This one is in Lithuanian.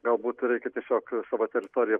galbūt reikia tiesiog savo teritoriją